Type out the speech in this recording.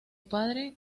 padre